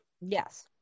Yes